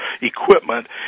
equipment